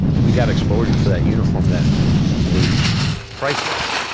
we got exposure for that uniform that was priceless.